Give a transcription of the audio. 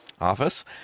Office